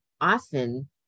often